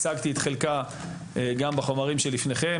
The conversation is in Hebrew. הצגתי את חלקה גם בחומרים שלפניכם,